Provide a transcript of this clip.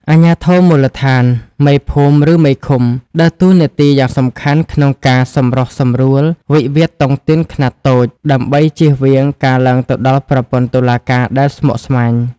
អាជ្ញាធរមូលដ្ឋាន (មេភូមិ ឬមេឃុំ) ដើរតួនាទីយ៉ាងសំខាន់ក្នុងការសម្រុះសម្រួលវិវាទតុងទីនខ្នាតតូច ដើម្បីជៀសវាងការឡើងទៅដល់ប្រព័ន្ធតុលាការដែលស្មុគស្មាញ។